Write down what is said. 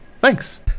Thanks